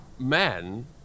men